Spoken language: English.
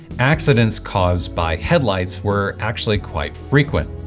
accidents caused by headlights were actually quite frequent.